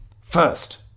First